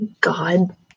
God